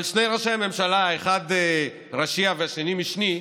אבל שני ראשי הממשלה, האחד ראשי והשני משני,